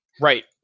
Right